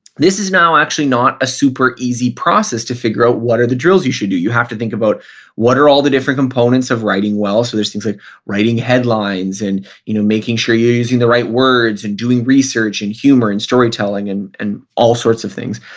this is now actually not a super easy process to figure out what are the drills you should do. you have to think about what are all the different components of writing well, so there's things like writing headlines and you know making sure you're using the right words and doing research and humor and storytelling and and all sorts of things.